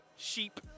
sheep